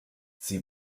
sie